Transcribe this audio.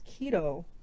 keto